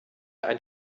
ein